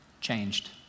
changed